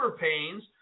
pains